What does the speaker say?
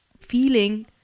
feeling